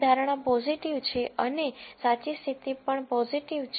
ધારણા પોઝીટિવ છે અને સાચી સ્થિતિ પણ પોઝીટિવ છે